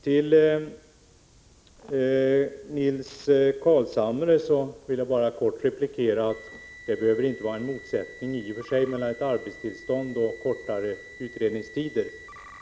Till Nils Carlshamre vill jag bara kort replikera att det i och för sig inte behöver vara en motsättning mellan beviljandet av arbetstillstånd och strävan att förkorta utredningstiderna.